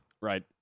Right